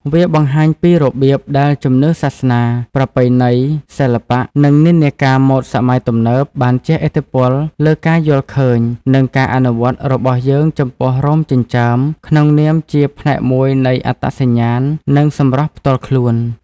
វាបង្ហាញពីរបៀបដែលជំនឿសាសនា ប្រពៃណីសិល្បៈ និងនិន្នាការម៉ូដសម័យទំនើប បានជះឥទ្ធិពលលើការយល់ឃើញ និងការអនុវត្តរបស់យើងចំពោះរោមចិញ្ចើមក្នុងនាមជាផ្នែកមួយនៃអត្តសញ្ញាណ និងសម្រស់ផ្ទាល់ខ្លួន។